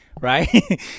right